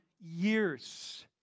years